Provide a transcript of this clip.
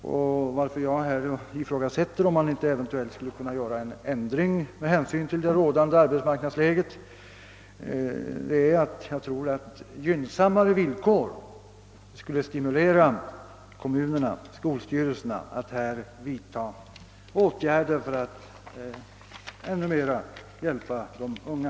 Anledningen till att jag här ifrågasätter, om man inte eventuellt skulle kunna göra en ändring med hänsyn till det rådande arbetsmarknadsläget, är att jag tror att gynnsammare villkor skulle stimulera skolstyrelserna att vidta åtgärder för att än mer hjälpa de unga.